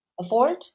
afford